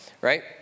Right